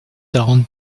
down